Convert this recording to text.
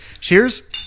Cheers